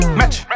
match